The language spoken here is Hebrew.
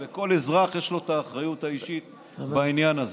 וכל אזרח יש לו את האחריות האישית בעניין הזה.